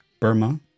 Burma